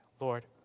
Lord